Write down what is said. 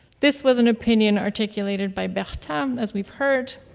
this was an opinion articulated by bertin, as we've heard,